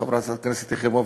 חברת הכנסת יחימוביץ,